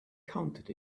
counted